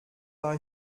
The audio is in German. war